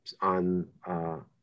on